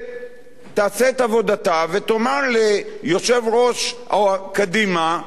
תעשה את עבודתה ותאמר ליושב-ראש קדימה: אדוני,